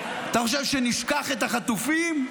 אתה חושב שנשכח את החטופים?